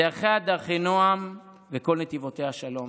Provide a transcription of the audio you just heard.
"דרכיה דרכי נעם וכל נתיבותיה שלום".